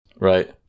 Right